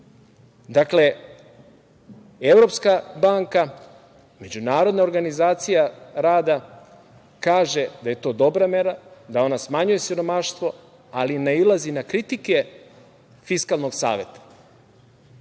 svet. Dakle, Evropska banka, Međunarodna organizacija rada kaže da je to dobra mera, da ona smanjuje siromaštvo, ali nailazi na kritike Fiskalnog saveta.